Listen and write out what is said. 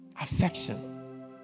Affection